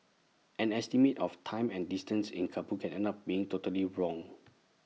an estimate of time and distance in Kabul can end up being totally wrong